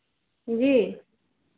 जी